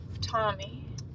Tommy